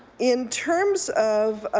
in terms of